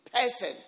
person